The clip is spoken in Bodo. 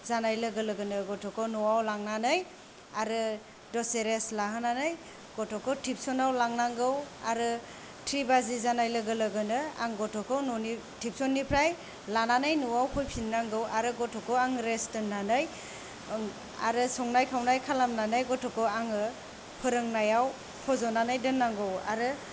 जानाय लोगो लोगोनो गथ'खौ न'आव लांनानै आरो दसे रेस्त लाहोनानै गथ'खौ टिउसनाव लांनांगौ आरो थ्रि बाजि जानाय लोगोनो आं गथ'खौ न'नि टिउसननिफ्राय लानानै न'आव फैफिननांगौ आरो गथ'खौ आं रेस्त दोन्नानै आं आरो संनाय खावनाय खालामनानै गथ'खौ आङो फोरोंनायाव फजनानै दोननांगौ आरो